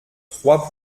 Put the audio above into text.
trois